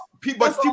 People